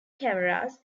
cameras